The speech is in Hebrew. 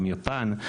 עם יפן,